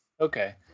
Okay